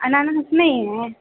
अनारस नहीं है